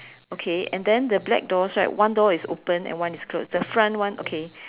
okay and then the black doors right one door is open and one is close the front one okay